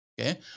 Okay